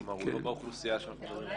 כלומר, הוא לא באוכלוסייה שאנחנו מדברים עכשיו.